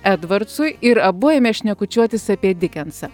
edvardsui ir abu ėmė šnekučiuotis apie dikensą